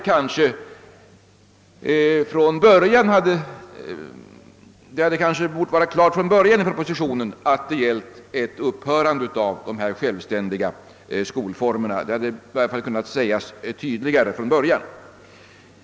Kanske borde man i propositionen från början ha klargjort att det gällde ett upphörande av dessa skolformer. I varje fall hade det kunnat sägas tydligare från början.